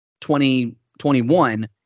2021